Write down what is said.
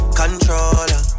controller